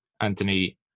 Anthony